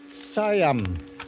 Siam